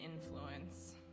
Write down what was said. influence